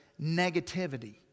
negativity